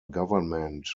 government